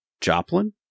Joplin